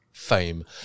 fame